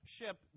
ship